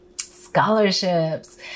Scholarships